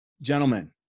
gentlemen